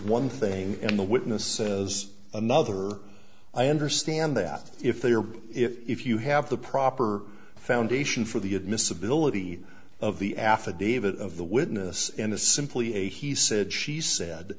one thing in the witness is another i understand that if they are if you have the proper foundation for the admissibility of the affidavit of the witness and it's simply a he said she said